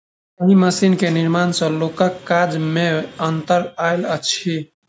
एहि मशीन के निर्माण सॅ लोकक काज मे अन्तर आयल अछि